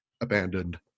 abandoned